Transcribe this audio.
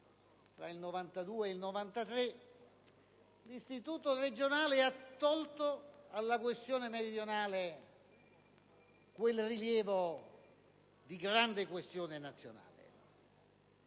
tra il 1992 e il 1993 - l'istituto regionale ha tolto alla questione meridionale quel rilievo di grande questione nazionale.